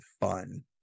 fun